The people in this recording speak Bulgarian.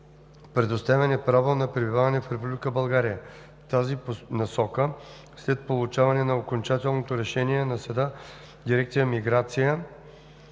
предоставяне право на пребиваване в Република България. В тази насока след получаване на окончателното решение на съда дирекция „Миграция“,